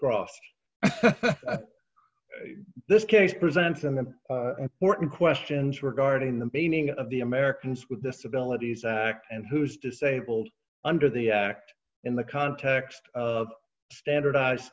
crossed this case presenting them porton questions regarding the painting of the americans with disabilities act and who is disabled under the act in the context of standardized